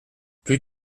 plus